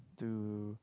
to